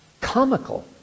comical